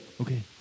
Okay